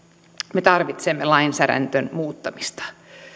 me tarvitsemme lainsäädännön muuttamista